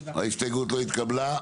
0 ההסתייגות לא התקבלה.